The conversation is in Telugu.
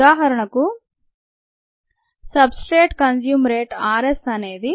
ఉదాహరణకు substrate consume rate rS అనేది